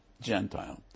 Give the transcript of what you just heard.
Gentile